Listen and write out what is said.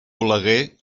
oleguer